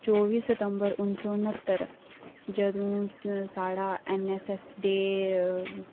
ते चौह्बी सितम्बर उन्नी सौ सत्हत्तर जदूं साढ़ा एनएसएस डे